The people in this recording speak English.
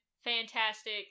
fantastic